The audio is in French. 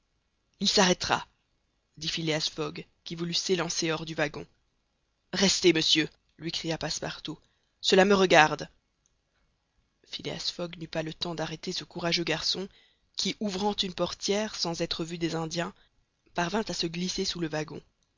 il s'arrêtera dit phileas fogg qui voulut s'élancer hors du wagon restez monsieur lui cria passepartout cela me regarde phileas fogg n'eut pas le temps d'arrêter ce courageux garçon qui ouvrant une portière sans être vu des indiens parvint à se glisser sous le wagon